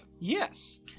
Yes